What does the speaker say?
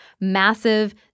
massive